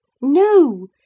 no